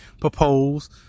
propose